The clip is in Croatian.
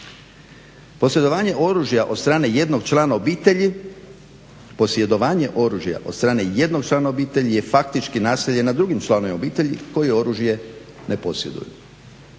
Posjedovanje oružja od strane jednog člana obitelji je faktički nasilje nad drugim članovima obitelji koji oružje ne posjeduju